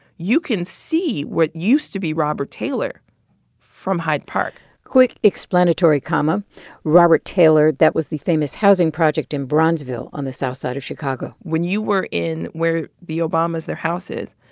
you can see where it used to be robert taylor from hyde park quick explanatory comma robert taylor, that was the famous housing project in bronzeville on the south side of chicago when you were in where the obamas their house is,